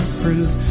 fruit